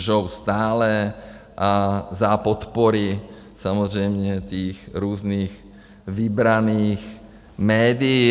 Lžou stále a za podpory samozřejmě těch různých vybraných médií.